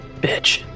Bitch